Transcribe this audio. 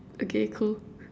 okay cool